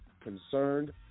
concerned